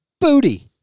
booty